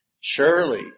surely